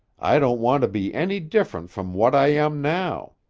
i don't want to be any different from what i am now.